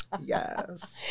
Yes